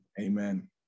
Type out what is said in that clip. amen